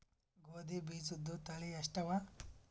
ಗೋಧಿ ಬೀಜುದ ತಳಿ ಎಷ್ಟವ?